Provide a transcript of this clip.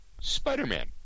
spider-man